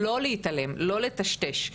לא להתעלם, לא לטשטש.